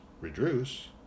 Reduce